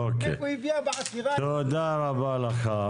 מאיפה היא הביאה בעתירה --- תודה רבה לך,